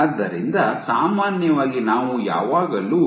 ಆದ್ದರಿಂದ ಸಾಮಾನ್ಯವಾಗಿ ನಾವು ಯಾವಾಗಲೂ